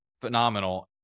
phenomenal